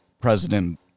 president